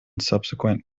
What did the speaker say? subsequent